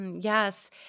Yes